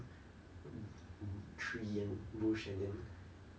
tree and bush and then